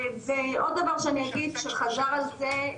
עוד דבר שאני אגיד שחזר על זה,